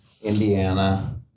Indiana